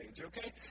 okay